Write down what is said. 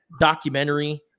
documentary